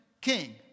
king